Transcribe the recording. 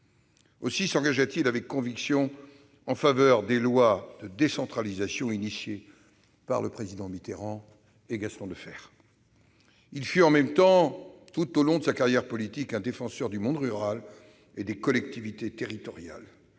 Aussi s'engagea-t-il avec conviction en faveur des lois de décentralisation initiées par le président Mitterrand et Gaston Defferre. Il fut en même temps, tout au long de sa carrière politique, un défenseur du monde rural et des collectivités territoriales,